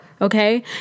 Okay